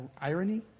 irony